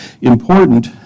important